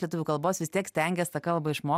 lietuvių kalbos vis tiek stengias tą kalbą išmok